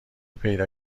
پیدا